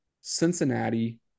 Cincinnati